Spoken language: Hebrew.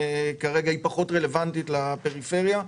היא כרגע פחות רלוונטית לפריפריה.